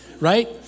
right